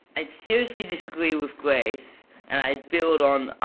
i seriously disagree with grace and i build on